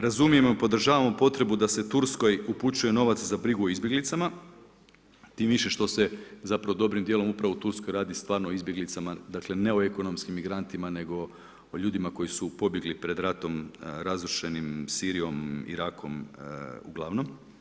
Razumijemo, podržavamo potrebu da se Turskoj upućuje novac za brigu o izbjeglicama, tim više što se zapravo dobrim dijelom upravo u Turskoj radi stvarno o izbjeglicama, dakle, ne o ekonomskim migrantima, nego o ljudima koji su pobjegli pred ratom razrušenim Sirijom, Irakom, uglavnom.